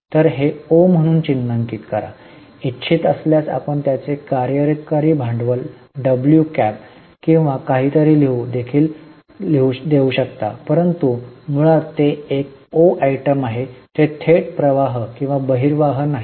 तर हे ओ म्हणून चिन्हांकित करा इच्छित असल्यास आपण त्याचे कार्यकारी भांडवल डब्ल्यू कॅप किंवा काहीतरी लिहू देखील देऊ शकता परंतु मुळात ते एक ओ आयटम आहे ते थेट प्रवाह किंवा बहिर्वाह नाही